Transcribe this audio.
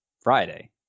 Friday